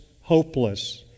hopeless